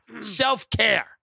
Self-care